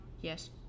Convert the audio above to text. Yes